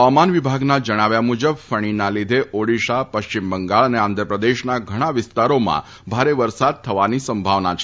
ફવામાન વિભાગના જણાવ્યા મુજબ ફણીના લીધે ઓડિશા પશ્ચિમ બંગાળ અને આંધ્રપ્રદેશના ઘણા વિસ્તારોમાં ભારે વરસાદ થવાની સંભાવના છે